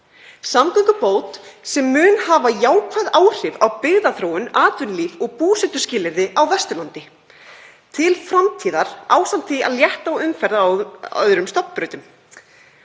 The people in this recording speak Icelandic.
samgöngubót sem mun hafa jákvæð áhrif á byggðaþróun, atvinnulíf og búsetuskilyrði á Vesturlandi til framtíðar ásamt því að létta á umferð á öðrum stofnbrautum.